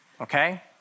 Okay